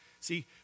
See